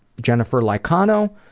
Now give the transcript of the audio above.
jennifer lycano,